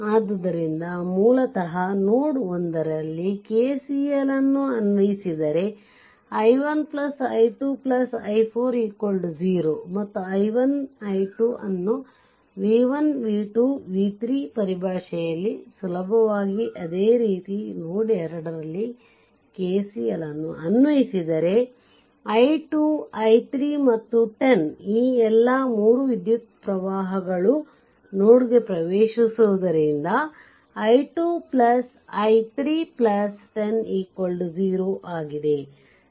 ಆದ್ದರಿಂದ ಮೂಲತಃ ನೋಡ್ 1 ರಲ್ಲಿ KCL ಅನ್ನು ಅನ್ವಯಿಸಿದರೆ i1 i2 i4 0 ಮತ್ತು i1 i2 ನ್ನು v1 v2 v 3 ಪರಿಭಾಷೆಯಲ್ಲಿ ಸುಲಭವಾಗಿ ಅದೇ ರೀತಿ ನೋಡ್ 2ನಲ್ಲಿ KCL ಅನ್ನು ಅನ್ವಯಿಸಿದರೆ i2 i3ಮತ್ತು 10 ಈ ಎಲ್ಲಾ 3 ವಿದ್ಯುತ್ ಪ್ರವಾಹಗಳು ನೋಡ್ಗೆ ಪ್ರವೇಶಿಸುವುದರಿಂದ i2 i3 10 0 ಆಗಿದೆ